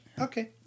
Okay